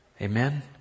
Amen